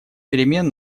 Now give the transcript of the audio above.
перемен